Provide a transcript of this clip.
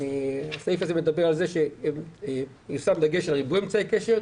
התקנה הזאת מדברת על כך שיושם דגש על ריבוי אמצעי קשר,